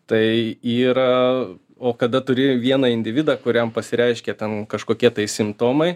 tai yra o kada turi vieną individą kuriam pasireiškia ten kažkokie tai simptomai